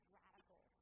radical